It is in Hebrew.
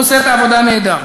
הוא עושה את העבודה נהדר.